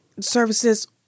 services